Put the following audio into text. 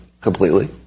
completely